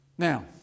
Now